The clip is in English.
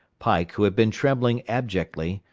pike, who had been trembling abjectly,